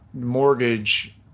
mortgage